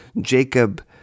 Jacob